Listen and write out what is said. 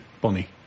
Bonnie